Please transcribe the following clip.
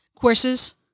courses